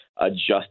adjust